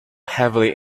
heavily